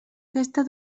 aquesta